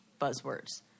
buzzwords